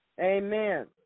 Amen